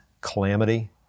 calamity